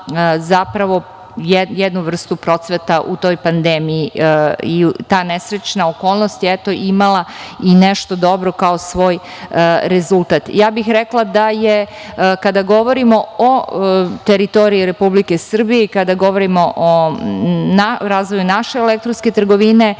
zapravo jednu vrstu procvata u toj pandemiji. I ta nesrećna okolnost je, eto, imala nešto dobro kao svoj rezultat. Ja bih rekla da je, kada govorimo o teritoriji Republike Srbije i kada govorimo o razvoju naše elektronske trgovine,